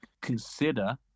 consider